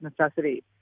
necessity